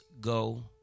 go